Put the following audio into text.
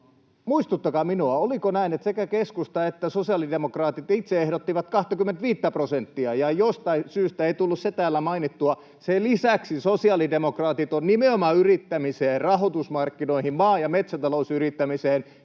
muistuttakaa minua: oliko näin, että sekä keskusta että sosiaalidemokraatit itse ehdottivat 25:tä prosenttia, ja jostain syystä ei tullut se täällä mainittua? Sen lisäksi sosiaalidemokraatit ovat nimenomaan yrittämiseen, rahoitusmarkkinoihin, maa- ja metsätalousyrittämiseen,